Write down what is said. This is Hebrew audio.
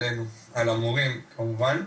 על המורים כמובן.